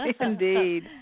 Indeed